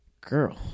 Girl